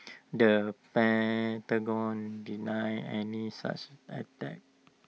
the Pentagon denied any such attack